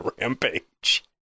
rampage